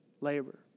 labor